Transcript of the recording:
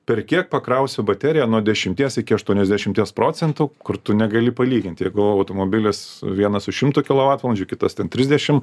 per kiek pakrausiu bateriją nuo dešimties iki aštuoniasdešimties procentų kur tu negali palyginti jeigu automobilis vienas už šimto kilovatvalandžių kitas ten trisdešimt